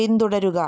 പിന്തുടരുക